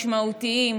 משמעותיים,